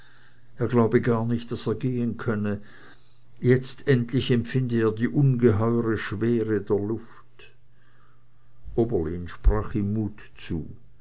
er glaube gar nicht daß er gehen könne jetzt endlich empfinde er die ungeheure schwere der luft oberlin sprach ihm mut zu